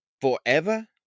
forever